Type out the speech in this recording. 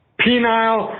penile